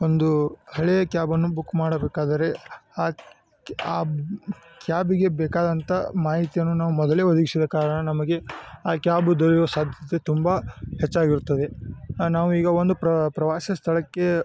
ಒಂದು ಹಳೇ ಕ್ಯಾಬನ್ನು ಬುಕ್ ಮಾಡಬೇಕಾದರೆ ಆ ಆ ಕ್ಯಾಬಿಗೆ ಬೇಕಾದಂಥ ಮಾಹಿತಿಯನ್ನು ನಾವು ಮೊದಲೇ ಒದಗಿಸಿದ ಕಾರಣ ನಮಗೆ ಆ ಕ್ಯಾಬು ದೊರೆಯುವ ಸಾಧ್ಯತೆ ತುಂಬ ಹೆಚ್ಚಾಗಿರುತ್ತದೆ ನಾವೀಗ ಒಂದು ಪ್ರವಾಸ ಸ್ಥಳಕ್ಕೆ